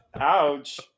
Ouch